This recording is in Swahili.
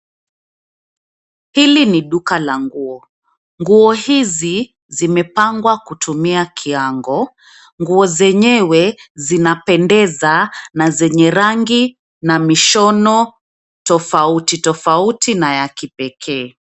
Hili ni duka la nguo. Nguo hizi zimepangwa kutumia kiango. Nguo zenyewe zinapendeza na zenye rangi na mishono tofauti tofauti na ya kipekee.